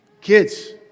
Kids